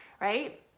Right